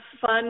fun